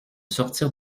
sortir